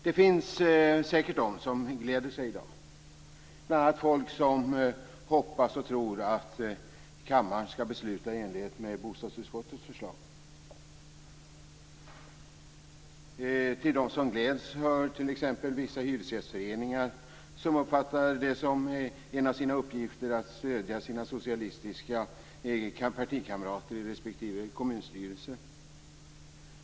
Det finns säkert de som i dag gläder sig, bl.a. människor som hoppas och tror att kammaren skall besluta i enlighet med bostadsutskottets förslag. Till dem som gläds hör t.ex. vissa hyresgästföreningar som uppfattar det som en av sina uppgifter att stödja sina socialistiska partikamrater i respektive kommunstyrelse.